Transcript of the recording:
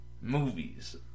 movies